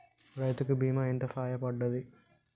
రైతు కి బీమా ఎంత సాయపడ్తది?